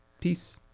Peace